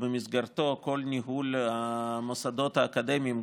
שבמסגרתו כל ניהול המוסדות האקדמיים,